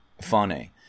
funny